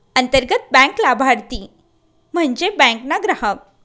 अंतर्गत बँक लाभारती म्हन्जे बँक ना ग्राहक